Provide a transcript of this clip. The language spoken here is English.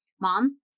mom